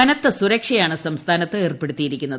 കനത്ത സുരക്ഷയാണ് സംസ്ഥാനത്ത് ഏർപ്പെടുത്തിയിരിക്കുന്നത്